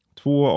två